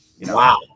wow